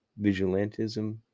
Vigilantism